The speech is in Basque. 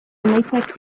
emaitzak